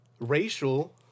racial